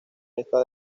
esta